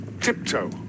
tiptoe